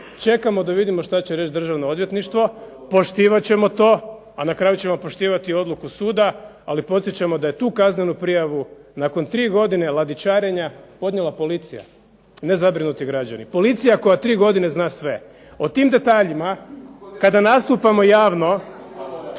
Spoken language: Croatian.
Čekamo da vidimo što će reći Državno odvjetništvo, poštivat ćemo to, a na kraju ćemo poštivati odluku suda. Ali podsjećamo da je tu kaznenu prijavu nakon tri godine ladičarenja podnijela policija, ne zabrinuti građani. Policija koja tri godine zna sve. O tim detaljima kada nastupamo javno,